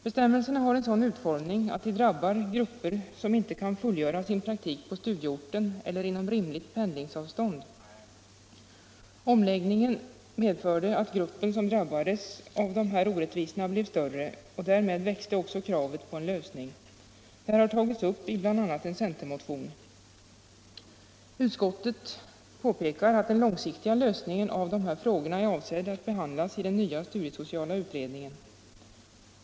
Bestämmelserna har en sådan utformning att de drabbar grupper som inte kan fullgöra sin praktik på studieorten eller inom rimligt pendlingsavstånd. Omläggningen medförde att gruppen som drabbades av de här orättvisorna blev större, och därmed växte också kravet på en lösning. Detta har tagits upp bl.a. i en centermotion. Utskottet påpekar att den långsiktiga lösningen av dessa frågor är avsedd att behandlas i den nya studiesociala utredningen.